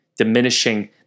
Diminishing